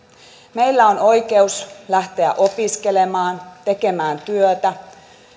meillä on oikeus lähteä opiskelemaan tekemään työtä